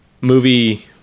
movie